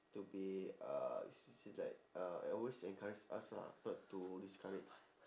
to be uh s~ she like uh always encourage us lah not to discourage